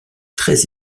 très